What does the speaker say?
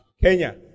Kenya